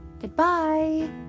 Goodbye